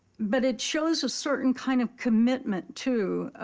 but it shows a certain kind of commitment, too,